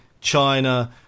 China